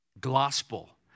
Gospel